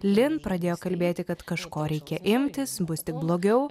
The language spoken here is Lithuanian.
lin pradėjo kalbėti kad kažko reikia imtis bus tik blogiau